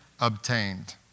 obtained